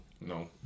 no